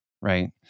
right